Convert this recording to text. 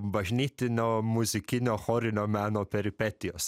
bažnytinio muzikinio chorinio meno peripetijos